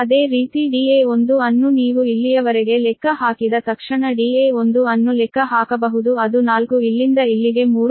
ಅದೇ ರೀತಿ Da1 ಅನ್ನು ನೀವು ಇಲ್ಲಿಯವರೆಗೆ ಲೆಕ್ಕ ಹಾಕಿದ ತಕ್ಷಣ Da1 ಅನ್ನು ಲೆಕ್ಕ ಹಾಕಬಹುದು ಅದು 4 ಇಲ್ಲಿಂದ ಇಲ್ಲಿಗೆ 3